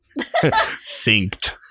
Synced